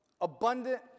abundant